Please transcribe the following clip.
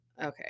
Okay